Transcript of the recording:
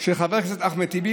של חבר הכנסת אחמד טיבי,